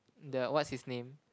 the what's his name